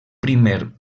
primer